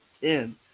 ten